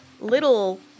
little